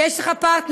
ויש לך פרטנרים,